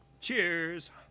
Cheers